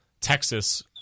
Texas